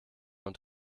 und